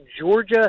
Georgia